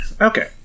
Okay